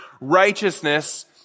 righteousness